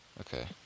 Okay